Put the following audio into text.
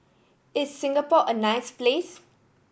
is Singapore a nice place